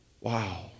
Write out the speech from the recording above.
Wow